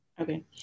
Okay